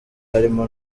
harimo